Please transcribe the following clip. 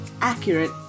accurate